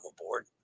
aboard